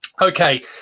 Okay